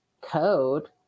code